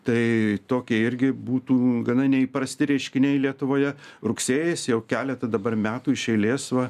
tai tokie irgi būtų gana neįprasti reiškiniai lietuvoje rugsėjis jau keletą dabar metų iš eilės va